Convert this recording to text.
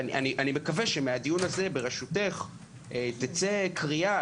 מקווה שמהדיון הזה בראשותך תצא קריאה